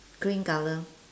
cream colour